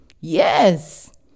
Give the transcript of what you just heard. yes